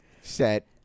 set